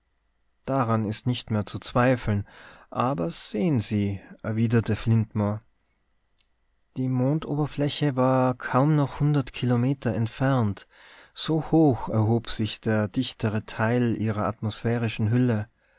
daran ist nicht mehr zu zweifeln aber sehen sie erwiderte flitmore die mondoberfläche war kaum noch hundert kilometer entfernt so hoch erhob sich der dichtere teil ihrer atmosphärischen hülle